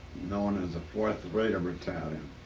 known as the fourth raider battalion.